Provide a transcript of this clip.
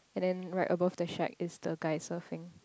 and then right above the shake is the glider fins